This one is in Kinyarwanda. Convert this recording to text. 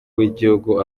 w’igihugu